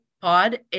pod